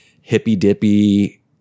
hippy-dippy